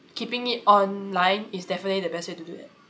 keeping it online is definitely the best way to do it